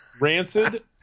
Rancid